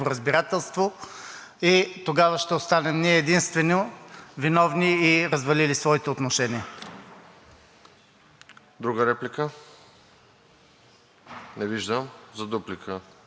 Друга реплика? Не виждам. За дуплика,